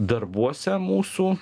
darbuose mūsų